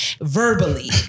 Verbally